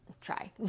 try